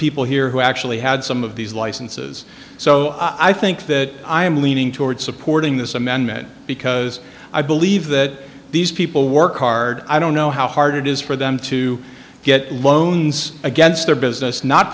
people here who actually had some of these licenses so i think that i am leaning toward supporting this amendment because i believe that these people work hard i don't know how hard it is for them to get loans against their business not